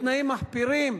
בתנאים מחפירים,